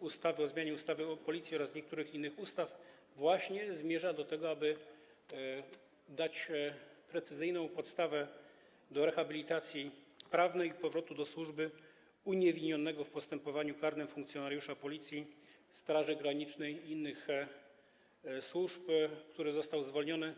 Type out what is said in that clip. ustawy o zmianie ustawy o Policji oraz niektórych innych ustaw zmierza właśnie do tego, aby dać precyzyjną podstawę do rehabilitacji prawnej i powrotu do służby uniewinnionego w postępowaniu karnym funkcjonariusza Policji, Straży Granicznej i innych służb, który został zwolniony